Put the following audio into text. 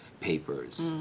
papers